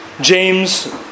James